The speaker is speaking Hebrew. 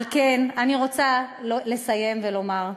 על כן, אני רוצה לסיים ולומר: